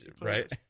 right